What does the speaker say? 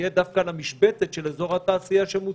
יהיה דווקא על המשבצת של אזור התעשייה שמוצע,